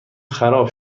خراب